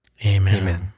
Amen